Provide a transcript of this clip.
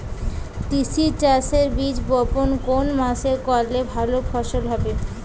তিসি চাষের বীজ বপন কোন মাসে করলে ভালো ফলন হবে?